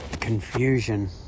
confusion